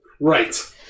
Right